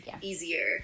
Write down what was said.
easier